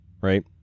right